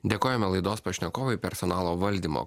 dėkojame laidos pašnekovui personalo valdymo